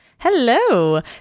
Hello